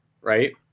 right